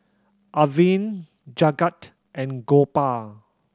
Arvind Jagat and Gopal